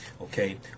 okay